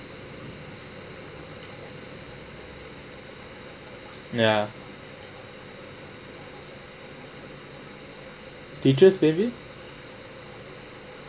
ya teachers maybe